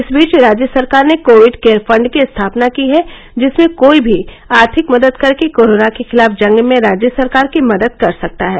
इस बीच राज्य सरकार ने कोविड केयर फंड की स्थापना की है जिसमें कोई भी आर्थिक मदद करके कोरोना के खिलाफ जंग में राज्य सरकार की मदद कर सकता है